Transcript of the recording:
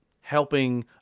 helping